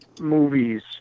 movies